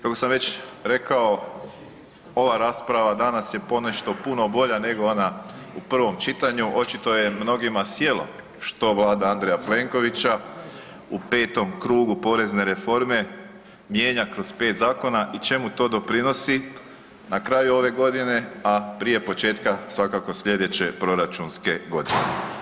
Kako sam već rekao, ova rasprava danas je ponešto puno bolja nego ona u prvom čitanju, očito je mnogima sjelo što Vlada Andreja Plenkovića u petom krugu porezne reforme mijenja kroz 5 zakona i čemu to doprinosi na kraju ove godine a prije početka svakako slijedeće proračunske godine.